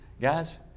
guys